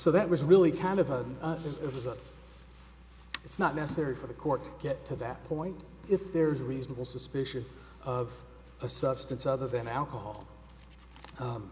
so that was really kind of a it was a it's not necessary for the court to get to that point if there's a reasonable suspicion of a substance other than alcohol